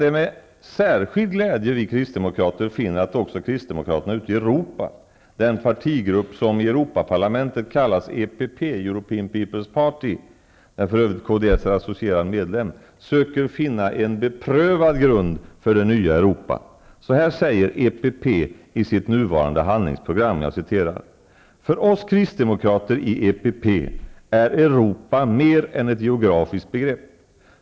Det är med särskild glädje som vi kristdemokrater finner att också kristdemokraterna ute i Europa -- den partigrupp som i Europaparlamentet kallas EPP, European Peoples Party, där för övrigt Kds är associerad medlem -- söker finna en beprövad grund för det nya Europa. Så här säger EPP i sitt nuvarande handlingsprogram: ''För oss kristdemokrater i EPP är Europa mer än ett geografiskt begrepp.